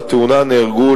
בתאונה נהרגו,